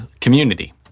Community